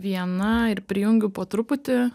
viena ir prijungiu po truputį